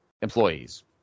employees